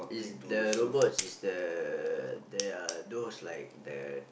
is the robot is the they are those like the